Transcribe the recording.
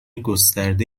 گسترده